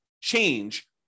change